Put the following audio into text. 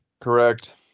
Correct